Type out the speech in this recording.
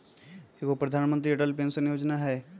एगो प्रधानमंत्री अटल पेंसन योजना है?